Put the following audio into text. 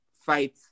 fight